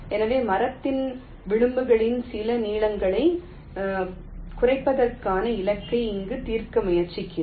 எனவே மரத்தின் விளிம்புகளின் சில நீளங்களைக் குறைப்பதற்கான இலக்கை இங்கு தீர்க்க முயற்சிக்கிறோம்